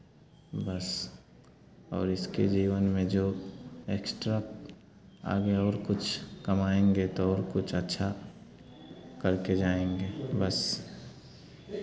बस और इसके जीवन में जो एक्स्ट्रा आगे और कुछ कमाएँगे तो और कुछ अच्छा करके जाएँगे बस